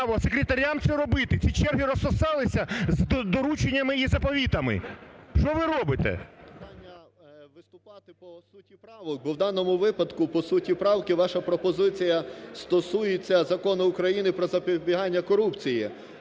секретарям це робити, ці черги розсосалися з дорученнями і заповітами. Що ви робите? 16:43:48 ДЕХТЯРЧУК О.В. …виступати по суті правок. Бо в даному випадку по суті правки ваша пропозиція стосується Закону України "Про запобігання корупції".